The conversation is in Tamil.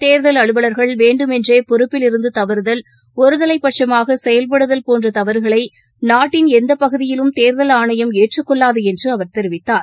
தேர்தல் அலுவல்கள் வேண்டுமென்றேபொறுப்பிலிருந்துதவறுதல் ஒருதலைப்பட்சமாகசெயல்படுதல் போன்றதவறுகளைநாட்டின் எந்தபகுதியிலும் தேர்தல் ஆணையம் ஏற்றுக் கொள்ளாதுஎன்றுஅவர் தெரிவித்தார்